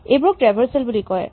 এইবোৰক ট্ৰেভাৰছেল বুলি কয়